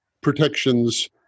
protections